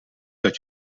dat